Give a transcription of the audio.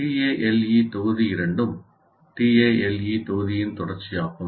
TALE தொகுதி 2 ம் TALE தொகுதியின் தொடர்ச்சியாகும்